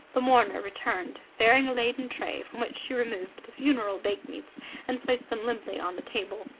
the mourner returned, bearing a laden tray, from which she removed the funeral bakemeats and placed them limply on the table.